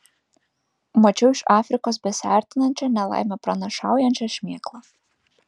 mačiau iš afrikos besiartinančią nelaimę pranašaujančią šmėklą